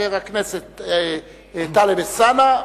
חבר הכנסת טלב אלסאנע,